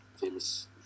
famous